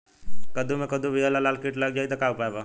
कद्दू मे कद्दू विहल या लाल कीट लग जाइ त का उपाय बा?